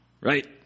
right